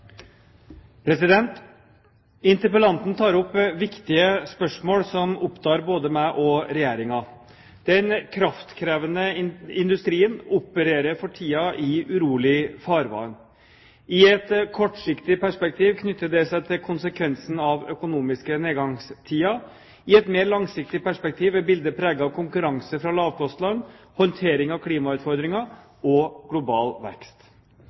Den kraftkrevende industrien opererer for tiden i urolig farvann. I et kortsiktig perspektiv knytter det seg til konsekvensen av økonomiske nedgangstider. I et mer langsiktig perspektiv er bildet preget av konkurranse fra lavkostland, håndtering av klimautfordringer og global vekst.